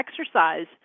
exercise